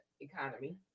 economy